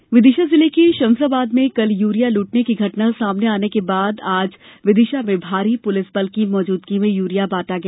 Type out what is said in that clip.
urea Vidisha जिले के शमशाबाद में कल यूरिया लूटने की घटना सामने आने के बाद आज विदिशा में भारी पुलिसबल की मौजूदगी में यूरिया बांटा गया